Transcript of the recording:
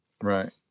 Right